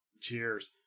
Cheers